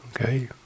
okay